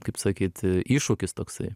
kaip sakyt iššūkis toksai